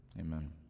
Amen